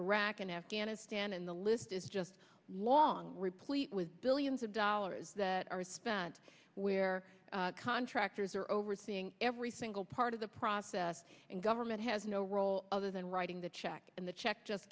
iraq and afghanistan and the list is just long replete with billions of dollars that are spent where contractors are overseeing every single part of the process and government has no role other than writing the check and the check just